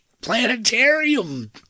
planetarium